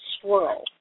swirl